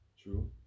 True